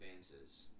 advances